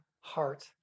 heart